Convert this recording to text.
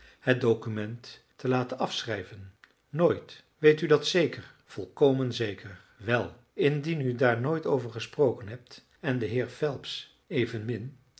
het document te laten afschrijven nooit weet u dat zeker volkomen zeker wel indien u daar nooit over gesproken hebt en de heer phelps evenmin